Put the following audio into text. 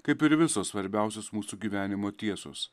kaip ir visos svarbiausios mūsų gyvenimo tiesos